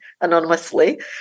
anonymously